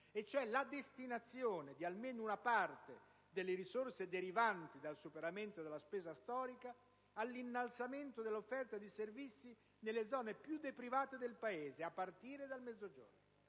cioè la destinazione di almeno una parte delle risorse derivanti dal superamento della spesa storica all'innalzamento dell'offerta di servizi nelle zone più deprivate del Paese, a partire dal Mezzogiorno.